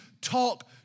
talk